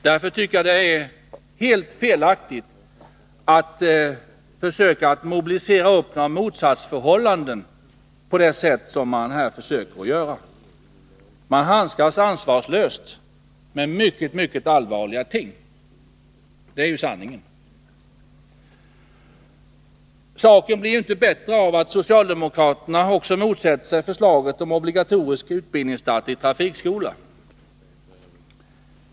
Därför tycker jag att det är helt felaktigt att man här försöker skapa motsatsförhållanden på det sätt som görs. Man handskas ansvarslöst med utomordentligt allvarliga ting — det är sanningen. Saken blir inte bättre av att socialdemokraterna också har motsatt sig förslaget om obligatorisk utbildningsstart i trafikskola.